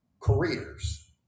careers